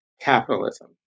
capitalism